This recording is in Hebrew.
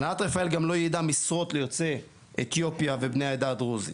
הנהלת רפאל גם לא יעדה משרות ליוצאי אתיופיה ובני העדה הדרוזית.